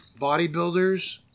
bodybuilders